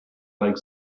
like